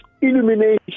illumination